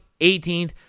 18th